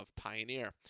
Pioneer